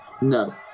No